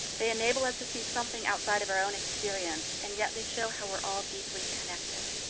they enable us to see something outside of our own experience, and yet they show how we're all deeply connected.